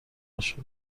نشده